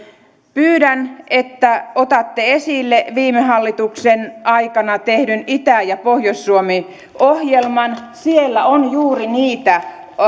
pyydän että otatte esille viime hallituksen aikana tehdyn itä ja pohjois suomi ohjelman siellä on juuri niitä